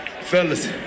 Fellas